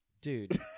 Dude